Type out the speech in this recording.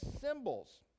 symbols